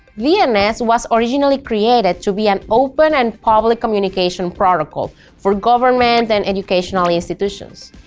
dns was originally created to be an open and public communication protocol for government and educational institutions.